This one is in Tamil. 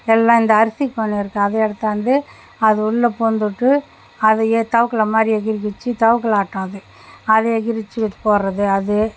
எல்லாம் இந்த அரிசி பானை இருக்குது அதை எடுத்தாந்து அது உள்ளே போந்துட்டு அத எ தவக்களை மாதிரி எகிறி குதிச்சு தவக்கள ஆட்டம் அது அப்படியே எகிறி குதிச்சுக்கிட்டு போகிறது அது